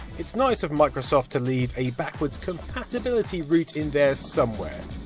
it's nice of microsoft to leave a backwards compatibility route in there somewhere.